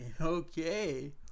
okay